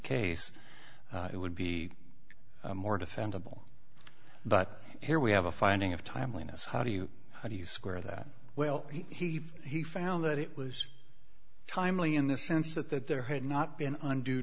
case it would be more defendable but here we have a finding of timeliness how do you how do you square that well he he found that it was timely in the sense that that there had not been und